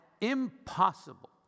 Impossible